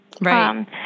Right